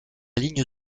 ligne